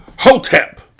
HOTEP